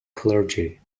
clergy